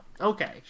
okay